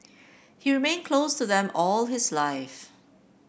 he remained close to them all his life